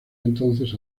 entonces